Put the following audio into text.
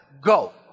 go